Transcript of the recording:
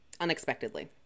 unexpectedly